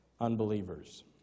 unbelievers